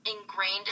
ingrained